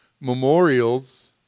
memorials